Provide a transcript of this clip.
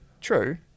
true